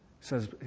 says